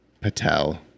Patel